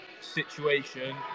situation